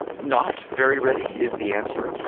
not very ready is the answer.